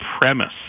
premise